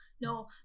no